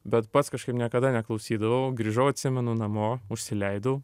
bet pats kažkaip niekada neklausydavau grįžau atsimenu namo užsileidau